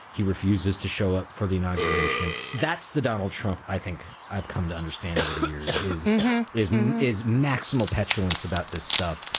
he refuses to show up for the inauguration. that's the donald trump. i think i've come to understand over the years is is is maximal petulance about this stuff.